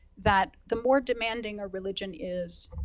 that the more demanding a religion is,